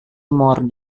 more